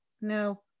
no